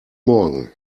morgen